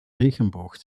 regenboog